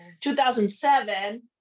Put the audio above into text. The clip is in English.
2007